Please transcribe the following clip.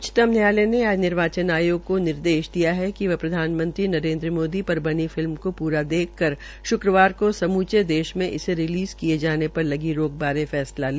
उच्चतम न्यायालय ने आज निर्वाचन आयोग को निर्देश दिया है कि वह प्रधानमंत्री नरेन्द्र मोदी पर बनी फिल्म को पूरा देखकर शुक्रवार को समूचे देश मे इसे रिलीज़ किये जाने पर लगी रोक बारे फैसला ले